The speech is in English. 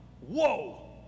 Whoa